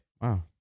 Wow